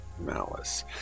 malice